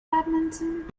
badminton